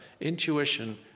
Intuition